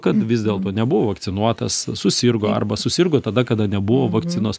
kad vis dėlto nebuvo vakcinuotas susirgo arba susirgo tada kada nebuvo vakcinos